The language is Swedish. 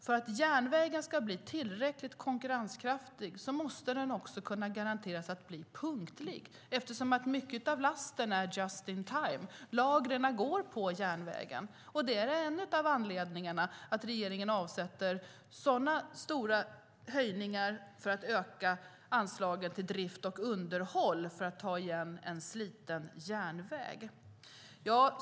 För att järnvägen ska bli tillräckligt konkurrenskraftig måste den kunna garanteras att bli punktlig. Mycket av lasten är just-in-time. Lagren går på järnvägen. Det är en anledning till att regeringen avsätter så mycket för att höja anslagen till drift och underhåll och ta igen en sliten järnväg.